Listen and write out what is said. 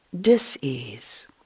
dis-ease